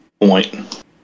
point